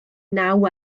naw